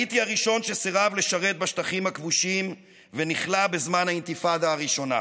הייתי הראשון שסירב לשרת בשטחים הכבושים ונכלא בזמן האינתיפאדה הראשונה.